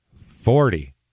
Forty